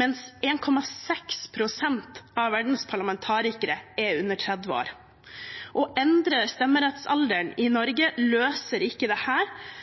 mens 1,6 pst. av verdens parlamentarikere er under 30 år. Å endre stemmerettsalderen i Norge løser ikke dette,